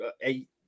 eight